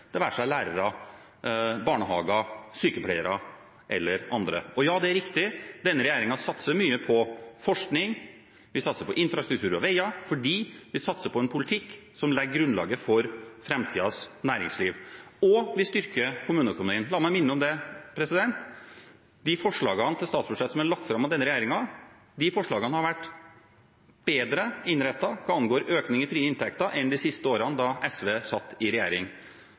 det være seg til lærere, barnehager, sykepleiere eller andre. Og ja, det er riktig: Denne regjeringen satser mye på forskning, vi satser på infrastruktur og veier, fordi vi satser på en politikk som legger grunnlaget for framtidens næringsliv. Og vi styrker kommuneøkonomien – la meg minne om det. De forslagene til statsbudsjett som er lagt fram av denne regjeringen, har vært bedre innrettet hva angår økning i frie inntekter enn de siste årene da SV satt i regjering.